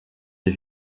des